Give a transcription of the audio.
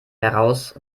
heraus